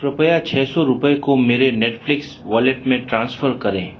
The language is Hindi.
कृपया छः सौ रुपये को मेरे नेटफ़्लिक्स वॉलेट में ट्रांसफ़र करें